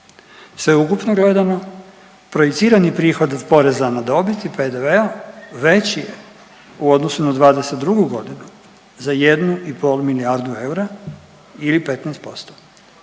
Sveukupno gledano projicirani prihod od poreza na dobit i PDV-a veći u odnosu na '22. godinu za 1,5 milijardu eura ili 15%.